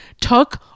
took